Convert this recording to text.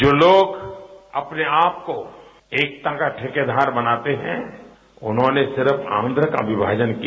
जो लोग अपने आप को एकता का ठेकेदार बताते हैं उन्होंने सिर्फ आंध का विभाजन किया